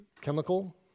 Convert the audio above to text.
chemical